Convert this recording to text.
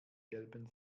gelben